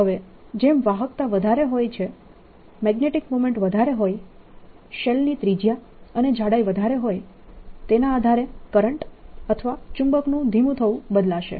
હવે જેમ વાહકતા વધારે હોય છે મેગ્નેટીક મોમેન્ટ વધારે હોય શેલની ત્રિજ્યા અને જાડાઈ વધારે હોય તેના આધારે કરંટ અથવા ચુંબકનું ધીમું થવું બદલાશે